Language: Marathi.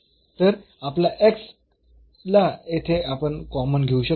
तर आपला ला येथे आपण कॉमन घेऊ शकतो